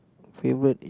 favourite